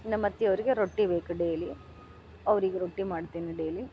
ನಮ್ಮ ಅತ್ತಿಯವ್ರಿಗ ರೊಟ್ಟಿ ಬೇಕು ಡೈಲಿ ಅವ್ರಿಗೆ ರೊಟ್ಟಿ ಮಾಡ್ತೀನಿ ಡೈಲಿ